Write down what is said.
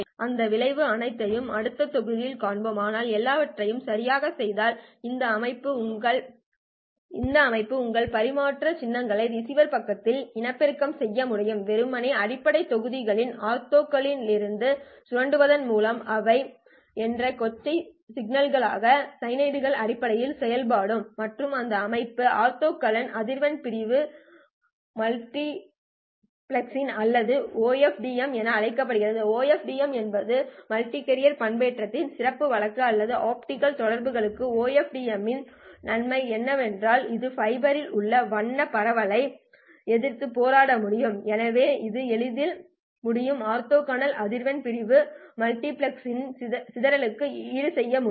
அந்த விளைவுகள் அனைத்தையும் அடுத்த தொகுதியில் காண்போம் ஆனால் எல்லாவற்றையும் சரியாகச் செய்தால் இந்த அமைப்பு உங்கள் பரிமாற்றப்பட்ட சின்னங்களை ரிசீவர் பக்கத்தில் இனப்பெருக்கம் செய்ய முடியும் வெறுமனே அடிப்படை தொகுப்புகளின் ஆர்த்தோகோனலிட்டியை சுரண்டுவதன் மூலம் அவை ej2лfkt கொசைன் சிக்கலான சைனாய்டுகள் அடிப்படை செயல்பாடுகள் மற்றும் இந்த அமைப்பு ஆர்த்தோகனல் அதிர்வெண் பிரிவு மல்டிபிளெக்சிங் அல்லது OFDM என அழைக்கப்படுகிறது OFDM என்பது மல்டிகேரியர் பண்பேற்றத்தின் சிறப்பு வழக்கு மற்றும் ஆப்டிகல் தகவல்தொடர்புகளுக்கு OFDM இன் நன்மை என்னவென்றால் இது ஃபைபரில் உள்ள வண்ண பரவலை எதிர்த்துப் போராட முடியும் எனவே இது எளிதில் முடியும் ஆர்த்தோகனல் அதிர்வெண் பிரிவு மல்டிபிளெக்ஸில் சிதறலுக்கு ஈடுசெய்ய முடியும்